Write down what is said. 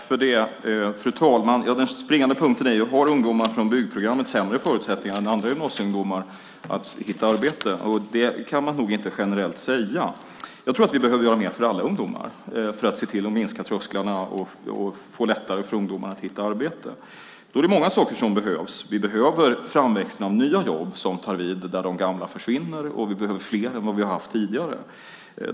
Fru talman! Den springande punkten är om ungdomar från byggprogrammet har sämre förutsättningar än andra gymnasieungdomar att hitta ett arbete. Generellt kan man nog inte säga det. Jag tror att vi behöver göra mer för alla ungdomar för att se till att minska trösklarna in och för att det ska bli lättare för ungdomar att hitta ett arbete. Då är det många saker som behövs. Vi behöver en framväxt av nya jobb som tar vid där de gamla försvinner. Vi behöver också fler än tidigare.